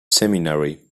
seminary